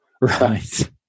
Right